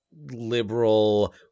liberal